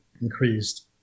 increased